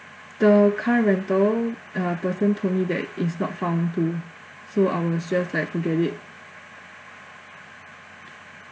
the car rental uh person told me that it's not found too so I was just like forget it